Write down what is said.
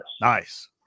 Nice